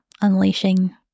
unleashing